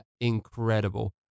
incredible